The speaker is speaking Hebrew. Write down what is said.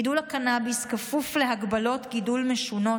גידול הקנביס כפוף להגבלות גידול משונות,